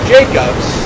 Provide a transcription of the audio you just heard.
Jacob's